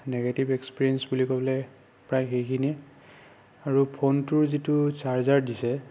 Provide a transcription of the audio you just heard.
negative experience বুলি ক'লে প্ৰায় সেইখিনিয়ে আৰু ফোনটোৰ যিটো ছাৰ্জাৰ দিছে